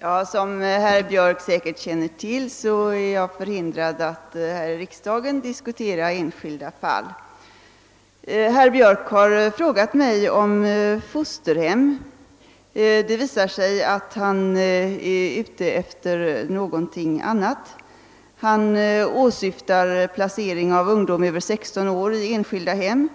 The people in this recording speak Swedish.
Herr talman! Som herr Björck i Nässjö säkerligen känner till är jag förhindrad att här i riksdagen diskutera enskilda fall. Herr Björck har frågat mig om fosterhem, men det visar sig att han är ute efter någonting annat: han åsyftar placering av ungdom över 16 år i enskilda hem.